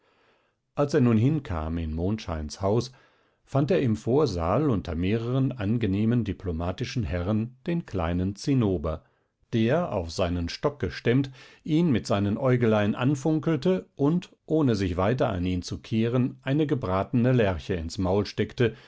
als er nun hinkam in mondscheins haus fand er im vorsaal unter mehreren angenehmen diplomatischen herren den kleinen zinnober der auf seinem stock gestemmt ihn mit seinen äugelein anfunkelte und ohne sich weiter an ihn zu kehren eine gebratene lerche ins maul steckte